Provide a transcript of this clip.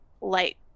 light